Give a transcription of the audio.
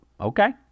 Okay